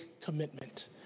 commitment